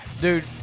Dude